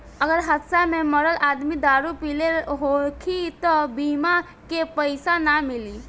अगर हादसा में मरल आदमी दारू पिले होखी त बीमा के पइसा ना मिली